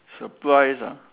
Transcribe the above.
surprise ah